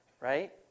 right